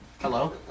Hello